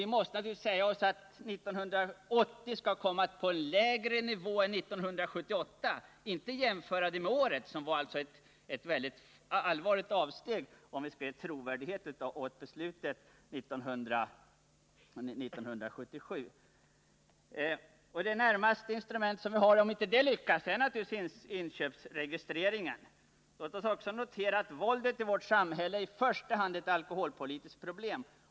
Nu måste vi se till att vi 1980 hamnar på en lägre konsumtionsnivå än den vi hade 1978 — vi skall alltså inte jämföra med årets konsumtion, som ju innebär ett allvarligt avsteg från beslutet 1977. Det instrument vi har att ta till om vi inte lyckas genom skattehöjningen är naturligtvis inköpsregistrering. Låt oss också notera att våldet i vårt samhälle i första hand är ett alkoholpolitiskt problem.